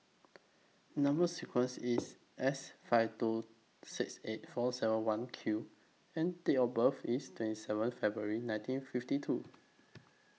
Number sequence IS S five two six eight four seven one Q and Date of birth IS twenty seven February nineteen fifty two